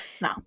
no